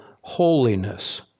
holiness